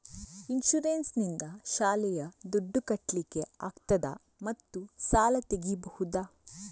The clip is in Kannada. ಇನ್ಸೂರೆನ್ಸ್ ನಿಂದ ಶಾಲೆಯ ದುಡ್ದು ಕಟ್ಲಿಕ್ಕೆ ಆಗ್ತದಾ ಮತ್ತು ಸಾಲ ತೆಗಿಬಹುದಾ?